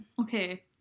Okay